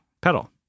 pedal